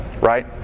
right